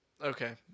okay